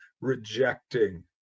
rejecting